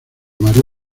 maría